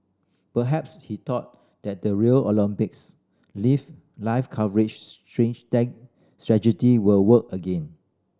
perhaps he thought that the Rio Olympics live live coverage strategy will work again